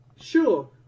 Sure